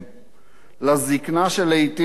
לזיקנה שלעתים מביישת.